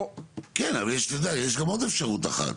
כן, אבל יש גם עוד אפשרות אחת,